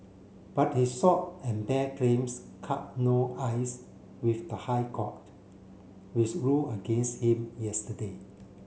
but his short and bare claims cut no ice with the High Court which rule against him yesterday